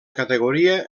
categoria